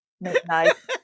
midnight